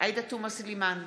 עאידה תומא סלימאן,